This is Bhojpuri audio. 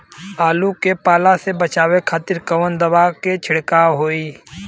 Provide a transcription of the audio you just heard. आलू के पाला से बचावे के खातिर कवन दवा के छिड़काव होई?